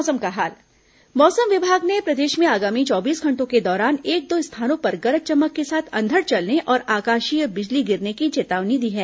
मौसम मौसम विभाग ने प्रदेश में आगामी चौबीस घंटों के दौरान एक दो स्थानों पर गरज चमक के साथ अंधड़ चलने और आकाशीय बिजली गिरने की चेतावनी दी है